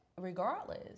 Regardless